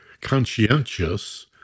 conscientious